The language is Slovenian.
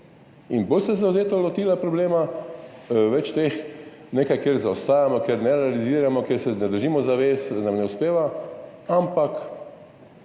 In bolj se je zavzeto lotila problema, več je teh nekaj, kjer zaostajamo, kjer ne realiziramo, kjer se ne držimo zavez, nam ne uspeva, ampak